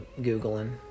googling